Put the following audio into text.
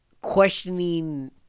questioning